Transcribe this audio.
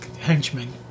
henchmen